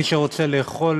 מי שרוצה לאכול